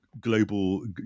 global